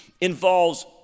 involves